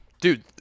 Dude